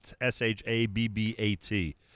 S-H-A-B-B-A-T